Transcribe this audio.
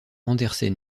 andersen